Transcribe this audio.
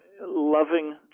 loving